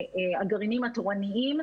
והגרעינים התורניים,